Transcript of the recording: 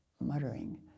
muttering